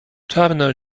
czarna